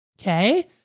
okay